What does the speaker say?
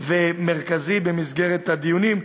ומרכזי במסגרת הדיונים.